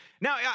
Now